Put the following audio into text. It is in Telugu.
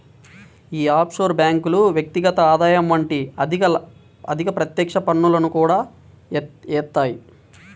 యీ ఆఫ్షోర్ బ్యేంకులు వ్యక్తిగత ఆదాయం వంటి అధిక ప్రత్యక్ష పన్నులను కూడా యేత్తాయి